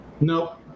Nope